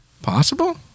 Possible